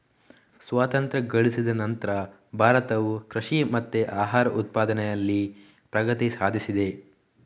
ಸ್ವಾತಂತ್ರ್ಯ ಗಳಿಸಿದ ನಂತ್ರ ಭಾರತವು ಕೃಷಿ ಮತ್ತೆ ಆಹಾರ ಉತ್ಪಾದನೆನಲ್ಲಿ ಪ್ರಗತಿ ಸಾಧಿಸಿದೆ